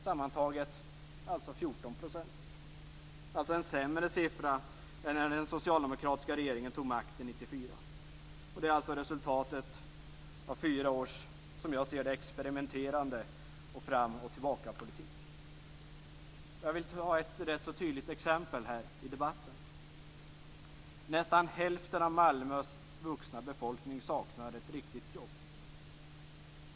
Sammantaget är det alltså 14 %. Det är en sämre siffra än när den socialdemokratiska regeringen tog makten 1994. Det är resultatet av fyra års experimenterande - som jag ser det - med fram-och-tillbakapolitik. Jag vill ta upp ett ganska tydligt exempel här i debatten. Nästan hälften av Malmös vuxna befolkning saknar ett riktigt jobb.